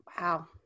Wow